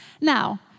Now